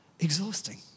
Exhausting